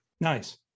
Nice